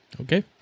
okay